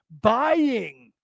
buying